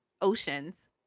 oceans